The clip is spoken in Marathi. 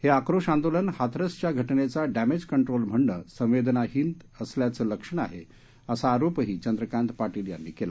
हे आक्रोश आंदोलन हातरसच्या घटनेचा डींज कंट्रोल म्हणणे संवेदनाहीन त्याचे लक्षण असाही आरोप चंद्रकांत पाटील यांनी केला